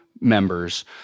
Members